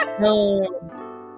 No